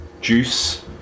juice